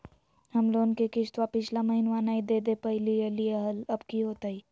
हम लोन के किस्तवा पिछला महिनवा नई दे दे पई लिए लिए हल, अब की होतई?